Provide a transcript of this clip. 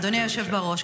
אדוני היושב בראש,